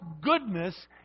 goodness